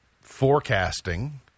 forecasting